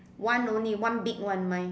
one only one big one mine